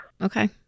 Okay